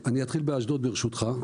אני אתחיל באשדוד, ברשותך.